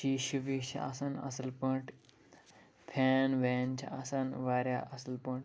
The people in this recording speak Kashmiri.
شیٖشہٕ ویٖشہٕ آسان اصٕل پٲٹھۍ فین وین چھِ آسان واریاہ اصٕل پٲٹھۍ